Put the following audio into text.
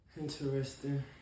interesting